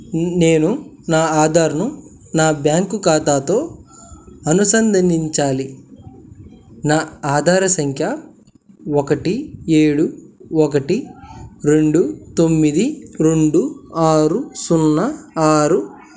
నేను నా ఆధార్ను నా బ్యాంకు ఖాతాతో అనుసంధానించాలి నా ఆధార్ సంఖ్య ఒకటి ఏడు ఒకటి రెండు తొమ్మిది రెండు ఆరు సున్నా ఆరు